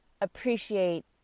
appreciate